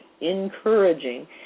encouraging